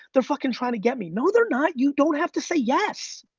they're fuckin' tryin' to get me. no they're not, you don't have to say yes.